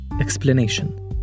Explanation